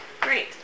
Great